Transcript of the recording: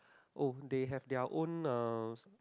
oh they have their own uh